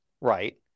right